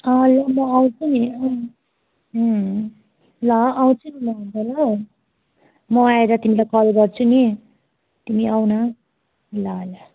लिनु आउँछु नि ल आउँछु नि म अन्त ल म आएर तिमीलाई कल गर्छु नि तिमी आऊ न ल ल